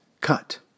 cut